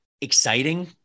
exciting